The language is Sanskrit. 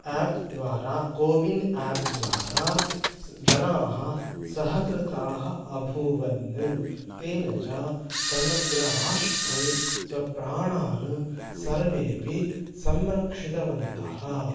एप् द्वारा कोविन् आप् द्वारा स जनाः सहकृताः अभूवन् तेन च समग्रराष्ट्रे स्वप्राणान् सर्वेपि संरक्षितवन्तः